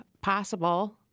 possible